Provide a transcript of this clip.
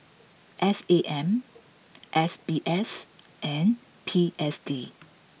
S A M S B S and P S D